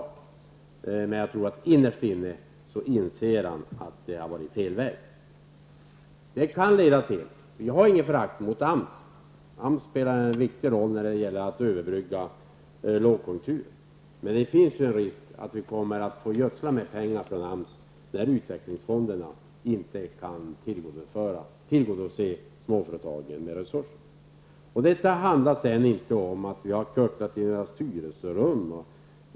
Jag tror emellertid att han innerst inne inser att det är fel väg. Vi har inget förakt för AMS. AMS spelar en viktig roll när det gäller att överbrygga lågkonjunkturer. Det finns dock en risk att vi kommer att behöva gödsla med pengar från AMS när utvecklingsfonderna inte kan tillgodose småföretagens behov av resurser. Det är inte fråga om att vi har kucklat i några styrelserum.